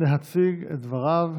להציג את דבריו